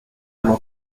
long